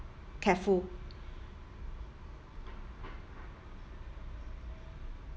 careful